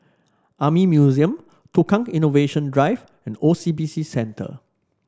Army Museum Tukang Innovation Drive and O C B C Centre